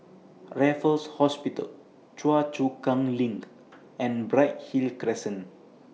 Raffles Hospital Choa Chu Kang LINK and Bright Hill Crescent